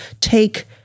take